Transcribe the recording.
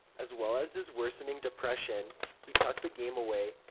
as well as his worsening depression. he tucked the game away,